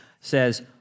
says